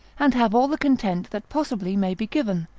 and have all the content that possibly may be given,